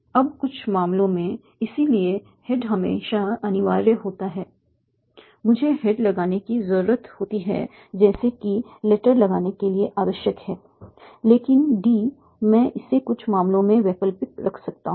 अब कुछ मामलों में इसलिए हेड हमेशा अनिवार्य होता है मुझे हेड लगाने की जरूरत होती है जैसे कि 'लेटर' लगाने के लिए आवश्यक है लेकिन D मैं इसे कुछ मामलों में वैकल्पिक रख सकता हूं